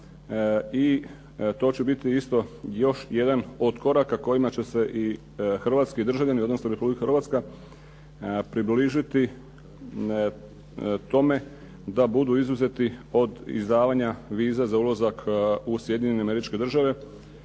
i to će biti isto još jedan od koraka kojima će se i hrvatski državljani odnosno Republika Hrvatska približiti tome da budu izuzeti od izdavanja viza za ulazak u Sjedinjene Američke Države.